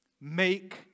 make